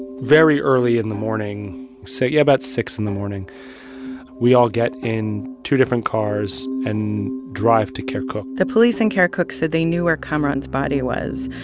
very early in the morning say, yeah, about six in the morning we all get in two different cars and drive to kirkuk the police in kirkuk said they knew where kamaran's body was,